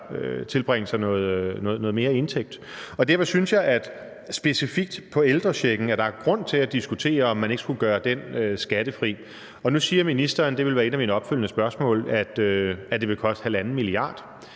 bibringe sig noget mere indtægt. Derfor synes jeg, at der specifikt i forhold til ældrechecken er grund til at diskutere, om man ikke skulle gøre den skattefri. Nu siger ministeren – det vil være et af mine opfølgende spørgsmål – at det vil koste 1,5 mia.